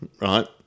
right